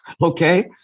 Okay